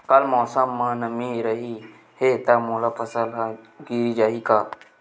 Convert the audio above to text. कल मौसम म नमी रहिस हे त मोर फसल ह गिर जाही का?